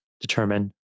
determine